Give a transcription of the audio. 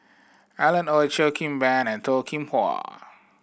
Alan Oei Cheo Kim Ban and Toh Kim Hwa